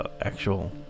actual